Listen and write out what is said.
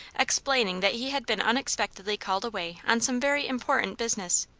explaining that he had been unexpectedly called away on some very important business.